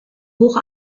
hoch